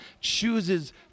chooses